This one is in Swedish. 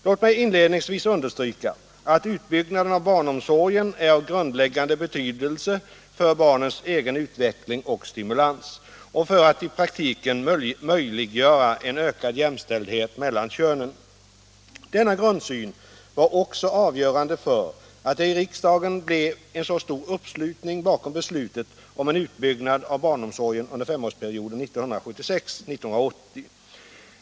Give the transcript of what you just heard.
Låt mig inledningsvis understryka att utbyggnaden av barnomsorgen är av grundläggande betydelse för barnens egen utveckling och stimulans och för att i praktiken möjliggöra en ökad jämställdhet mellan könen. Denna grundsyn var också avgörande för att det i riksdagen blev en så stor uppslutning bakom beslutet om en utbyggnad av barnomsorgen under femårsperioden 1976-1980.